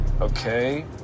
Okay